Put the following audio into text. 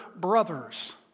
brothers